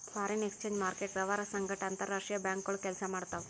foreign exchange market ವ್ಯವಹಾರ್ ಸಂಗಟ್ ಅಂತರ್ ರಾಷ್ತ್ರೀಯ ಬ್ಯಾಂಕ್ಗೋಳು ಕೆಲ್ಸ ಮಾಡ್ತಾವ್